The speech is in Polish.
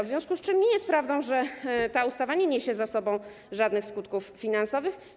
W związku z tym nie jest prawdą, że ta ustawa nie niesie ze sobą żadnych skutków finansowych.